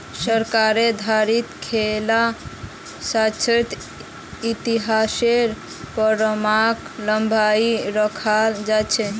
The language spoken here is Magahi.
सरकारेर द्वारे लेखा शास्त्रक इतिहासेर प्रमाणक सम्भलई रखाल जा छेक